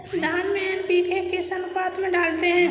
धान में एन.पी.के किस अनुपात में डालते हैं?